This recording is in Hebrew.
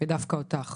דווקא אותך